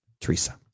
Teresa